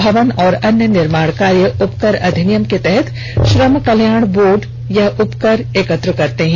भवन और अन्य निर्माण कार्य उपकर अधिनियम के तहत श्रम कल्याण बोर्ड यह उपकर एकत्र करते हैं